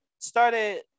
started